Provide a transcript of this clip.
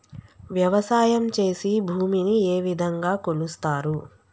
వ్యవసాయం చేసి భూమిని ఏ విధంగా కొలుస్తారు?